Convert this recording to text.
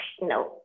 no